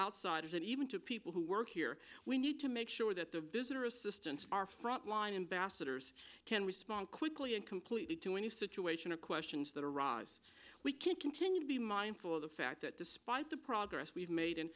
outsiders and even to people who work here we need to make sure that the visitor assistance our frontline ambassadors can respond quickly and completely to any situation and questions that arise we can continue to be mindful of the fact that despite the progress we've made in